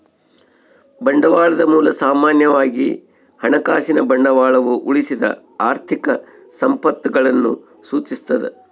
ಬಂಡವಾಳದ ಮೂಲ ಸಾಮಾನ್ಯವಾಗಿ ಹಣಕಾಸಿನ ಬಂಡವಾಳವು ಉಳಿಸಿದ ಆರ್ಥಿಕ ಸಂಪತ್ತನ್ನು ಸೂಚಿಸ್ತದ